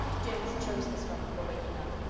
jims chose this moment for waking up.